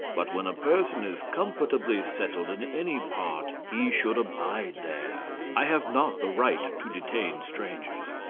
but when a person is comfortably settled in any part he should abide there. i have not the right to detain strangers.